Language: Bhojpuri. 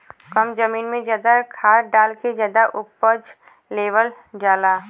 कम जमीन में जादा खाद डाल के जादा उपज लेवल जाला